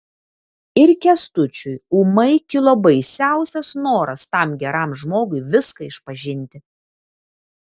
ir kęstučiui ūmai kilo baisiausias noras tam geram žmogui viską išpažinti